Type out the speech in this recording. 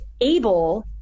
able